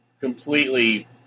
completely